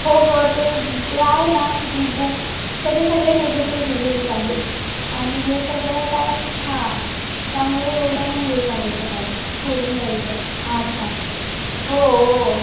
हो गं ते ते आहे ना ईबुक त्याचे सगळे निगेटिव्ह रिव्ह्यूज आहेत आणि हे सगळं काय हां त्यामुळे एवढं नाही हे करायचं त्याला सोडून द्यायचं अच्छा हो हो